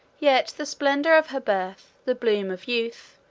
yet the splendor of her birth, the bloom of youth,